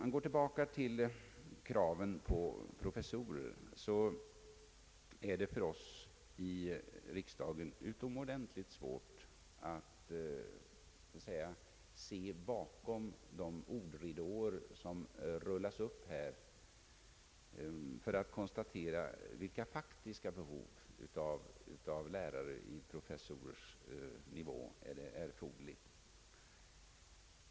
När det gäller kraven på nya professurer är det för oss i riksdagen utomordentligt svårt att, skall vi säga, se bakom de ordridåer som här rullas upp och att kunna konstatera vilka faktiska behov av lärare på professorsnivå som föreligger.